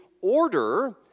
order